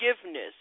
forgiveness